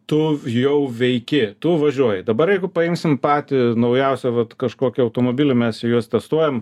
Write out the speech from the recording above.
tu jau veiki tu važiuoji dabar jeigu paimsim patį naujausią vat kažkokį automobilį mes juos testuojam